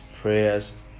Prayers